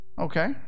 okay